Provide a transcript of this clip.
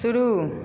शुरू